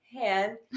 hand